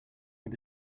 but